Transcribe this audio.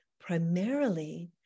Primarily